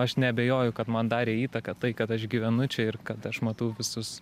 aš neabejoju kad man darė įtaką tai kad aš gyvenu čia ir kad aš matau visus